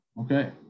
Okay